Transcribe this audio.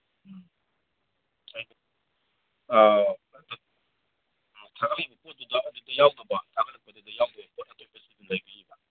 ꯎꯝ